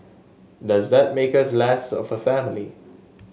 does that make us less of a family